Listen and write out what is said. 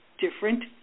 different